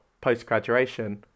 post-graduation